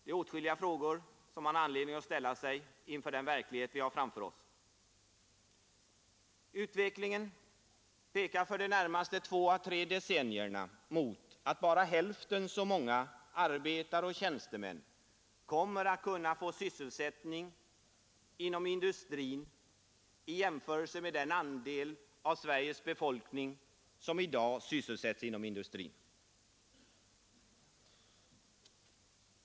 Man har anledning att ställa sig åtskilliga frågor inför den verklighet vi har framför oss. Utvecklingen pekar för de närmaste två å tre decennierna mot att bara hälften så många arbetare och tjänstemän kommer att kunna få Sysselsättning inom industrin i jämförelse med den andel av Sveriges befolkning som i dag sysselsättes inom industrin.